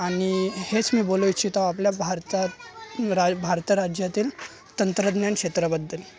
आणि हेच मी बोलू इच्छितो आपल्या भारतात राय भारत राज्यातील तंत्रज्ञान क्षेत्राबद्दल